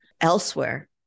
Elsewhere